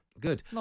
Good